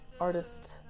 artist